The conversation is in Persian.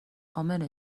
امنه